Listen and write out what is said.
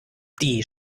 die